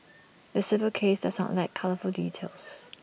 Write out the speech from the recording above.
the civil case does not lack colourful details